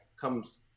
comes